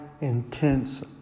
intense